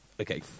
okay